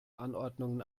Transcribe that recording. anordnungen